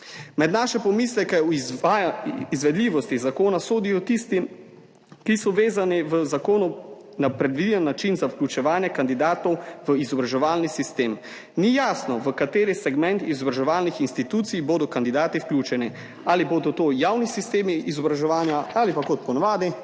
Med naše pomisleke o izvedljivosti zakona sodijo tisti, ki so vezani v zakonu na predviden način za vključevanje kandidatov v izobraževalni sistem. Ni jasno, v kateri segment izobraževalnih institucij bodo kandidati vključeni, ali bodo to javni sistemi izobraževanja ali pa, kot po navadi,